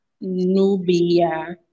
Nubia